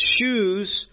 choose